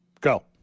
Go